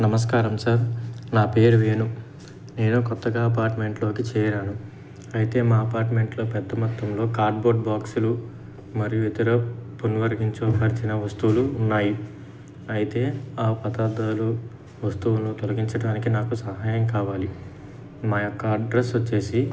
నమస్కారం సార్ నా పేరు వేణు నేను కొత్తగా అపార్ట్మెంట్లోకి చేరాను అయితే మా అపార్ట్మెంట్లో పెద్ద మొత్తంలో కార్డ్బోర్డ్ బాక్సులు మరియు ఇతర పునర్వర్గీకరించాల్సిన వస్తువులు ఉన్నాయి అయితే ఆ పదార్థాలు వస్తువులను తొలగించడానికి నాకు సహాయం కావాలి మా యొక్క అడ్రస్ వచ్చేసి